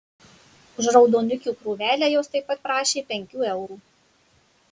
už raudonikių krūvelę jos taip pat prašė penkių eurų